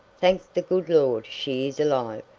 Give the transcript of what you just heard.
thank the good lord she is alive!